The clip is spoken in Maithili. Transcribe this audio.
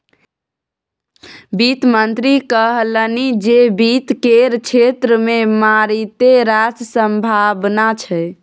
वित्त मंत्री कहलनि जे वित्त केर क्षेत्र मे मारिते रास संभाबना छै